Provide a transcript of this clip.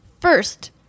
First